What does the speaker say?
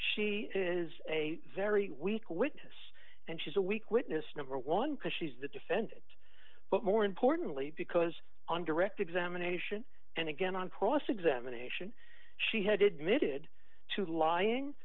she is a very weak witness and she's a weak witness number one because she's the defendant but more importantly because on direct examination and again on cross examination she had admitted to lying